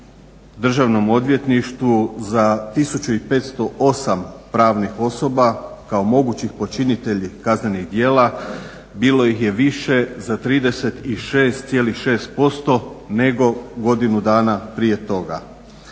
Državnom odvjetništvu za 1508 pravnih osoba kao mogućih počinitelja kaznenih djela bilo ih je više za 36,6% nego godinu dana prije toga.